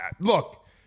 Look